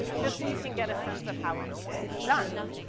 just so you can get a sense of how it's, it's done.